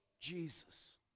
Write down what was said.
Jesus